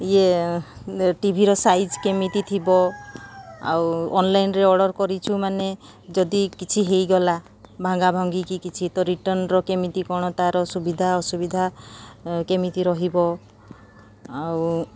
ଇଏ ଟିଭିର ସାଇଜ କେମିତି ଥିବ ଆଉ ଅନଲାଇନ୍ରେ ଅର୍ଡର୍ କରିଛୁ ମାନେ ଯଦି କିଛି ହୋଇଗଲା ଭଙ୍ଗା ଭାଙ୍ଗିକି କିଛି ତ ରିଟର୍ନର କେମିତି କ'ଣ ତାର ସୁବିଧା ଅସୁବିଧା କେମିତି ରହିବ ଆଉ